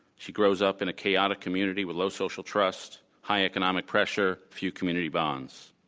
she grows up in a chaotic community with low social trust, high economic pressure, few community bonds.